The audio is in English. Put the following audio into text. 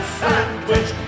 sandwich